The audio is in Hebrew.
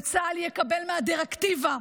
וצה"ל יקבל מהדירקטיבה,